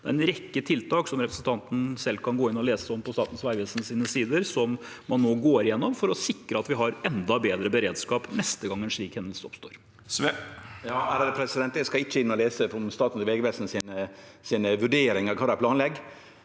Det er en rekke tiltak – som representanten selv kan gå inn og lese om på Statens vegvesens sider – man nå går igjennom for å sikre at vi har enda bedre beredskap neste gang en slik hendelse oppstår. Frank Edvard Sve (FrP) Eg skal ikkje inn og lese om Statens vegvesen sine vurderingar og kva dei planlegg.